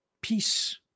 peace